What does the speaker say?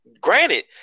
granted